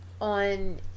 on